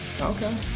Okay